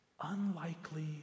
unlikely